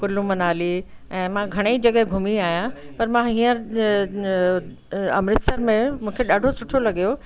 कुल्लू मनाली ऐं मां घणेई जॻहि घुमी आहियां पर मां हीअंर न अमृत्सर में मूंखे ॾाढो सुठो लॻियो